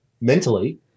mentally